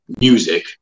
music